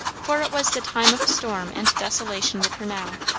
for it was the time of storm and desolation with her now,